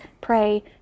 pray